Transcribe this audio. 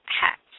hats